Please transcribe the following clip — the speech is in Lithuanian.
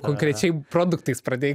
konkrečiai produktais pradėjai